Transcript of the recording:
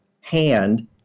hand